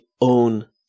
own